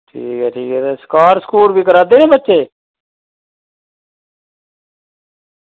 ठीक ऐ ठीक ऐ ते स्काट स्कूट बी करा दे नी बच्चे